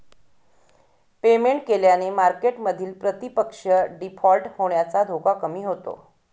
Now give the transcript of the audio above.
payment केल्याने मार्केटमधील प्रतिपक्ष डिफॉल्ट होण्याचा धोका कमी होतो